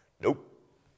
Nope